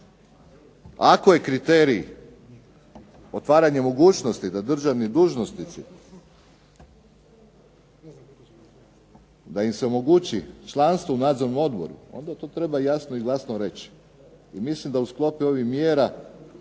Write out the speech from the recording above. Ako je kriterij otvaranje mogućnosti da državni dužnosnici da im se omogući članstvo u nadzornom odboru, onda to treba jasno i glasno reći. I mislim da u sklopu najavljenih